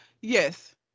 Yes